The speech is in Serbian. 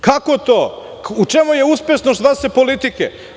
Kako to, u čemu je uspešnost vaše politike?